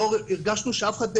הרגשנו שאף אחד,